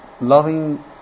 loving